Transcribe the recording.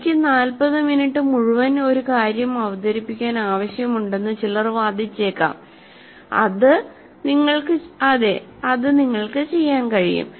എനിക്ക് 40 മിനിറ്റ് മുഴുവൻ ഒരു കാര്യം അവതരിപ്പിക്കാൻ ആവശ്യമുണ്ടെന്നു ചിലർ വാദിച്ചേക്കാം അതെഅത് നിങ്ങൾക്ക് ചെയ്യാൻ കഴിയും